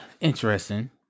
interesting